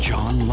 John